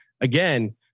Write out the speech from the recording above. again